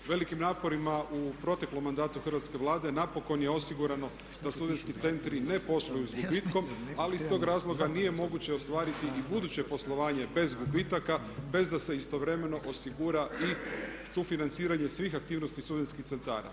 Velikim naporima u proteklom mandatu hrvatske Vlade napokon je osigurano da studentski centri ne posluju sa gubitkom ali iz tog razloga nije moguće ostvariti i buduće poslovanje bez gubitaka, bez da se istovremeno osigura i sufinanciranje svih aktivnosti studentskih centara.